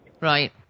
right